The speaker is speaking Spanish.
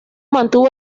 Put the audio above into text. mantuvo